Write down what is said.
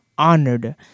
honored